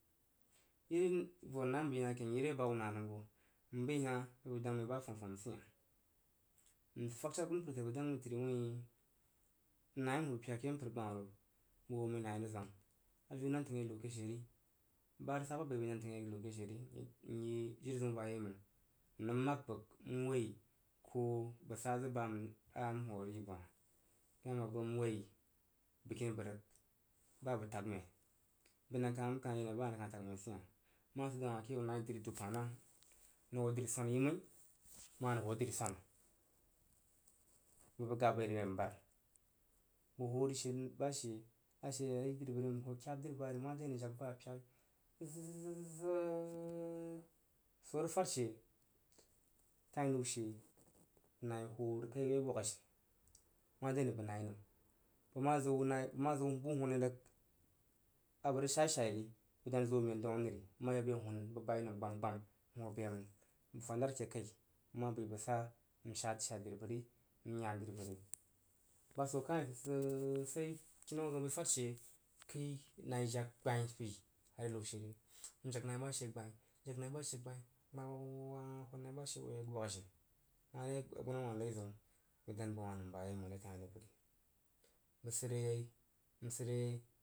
Iri vo noi a m yi na ke, n yi re ba hub na nəm m bəi hah bəg dang məi wui, ba furafum sih hah n fag shar agumpər bəg dang wui noi, a m pyak ke mpər ba hah vo bəg hoo məi nai rig zwamp-zwap. Aviu nan təng re be ke sheri n yi jiri za̱in ba yei məng n rig mag bəg m noi ko səg sa zig ba n hoo rig yi bəg hah n mag bəg n woi bəgkini bəg rig ba a səg tag məi bəna a n kah yi na ba a nəng kah tag məi si hah ma sid daun a hah ake yau nai dri dub hah nah? Nang hoo dri swana ya məi məg anəə ho dri swanar i bəg bəg gab bai ri re mbar bəg hoo ashe m bashe ashe a re dri bəri bəg hoo kyab dri bang mare ane jag ba pyaki sid sid sid swo rig fad she fai nəu she nai họo rig kai ye gwag ajini m ma ziu bu nai nam bəg ma ziu nai m ma ziu bu huni rig abəg rig sha shai ri bəg den zo amen dau aneri m ma yak bəg ye hun bəg bau nəm gbam, gbam n hoo bəí hah məng bəg fa nara ke kai m ma bəi bəg sa n sha shei bo dri bəri n yan dri bəg. Ba so kah yi sid, sid sid kenau zəun bəi rig fad she, kəi nai jog gbain rig are nəu she jag nai ba she gbain, nai ba she sid re ye n huu vunri bəg sid re yei.